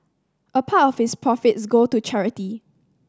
a part of its profits go to charity